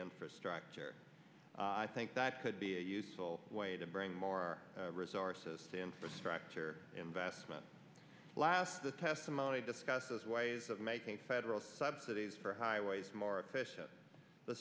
infrastructure i think that could be a useful way to bring more resources to infrastructure investment last the testimony discusses ways of making federal subsidies for highways more efficient the